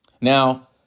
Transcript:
Now